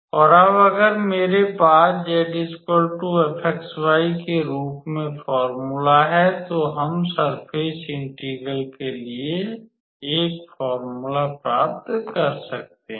और अब अगर मेरे पास 𝑧 𝑓𝑥𝑦 के रूप में फॉर्मूला है तो हम सर्फ़ेस इंटीग्रल के लिए 1 फॉर्मूला प्राप्त कर सकते हैं